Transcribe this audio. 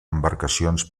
embarcacions